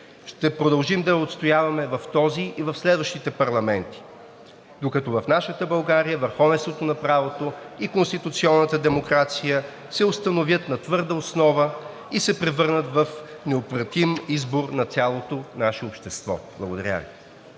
Ще продължим да я отстояваме в този и в следващите парламенти, докато в нашата България върховенството на правото и конституционната демокрация се установят на твърда основа и се превърнат в необратим избор на цялото наше общество.“ Благодаря Ви.